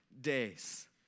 days